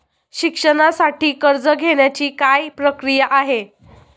शिक्षणासाठी कर्ज घेण्याची काय प्रक्रिया आहे?